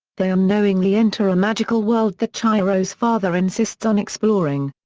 they unknowingly enter a magical world that chihiro's father insists on exploring.